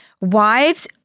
Wives